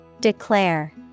Declare